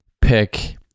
pick